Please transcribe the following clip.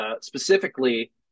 Specifically